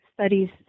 studies